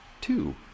two